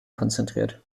konzentriert